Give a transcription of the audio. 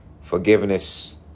forgiveness